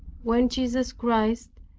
when jesus christ,